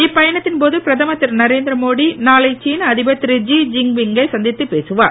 இப்பயணத்தின் போது பிரதமர் திரு நரேந்திரமோடி நாளை சீன அதிபர் திரு ஜி ஜின்பிங் கை சந்தித்துப் பேசுவார்